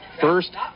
First